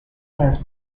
has